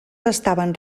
estaven